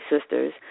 sisters